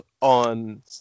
on